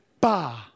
Bah